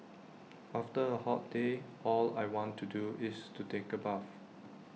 after A hot day all I want to do is to take A bath